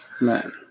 Man